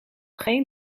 geen